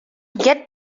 get